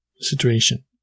situation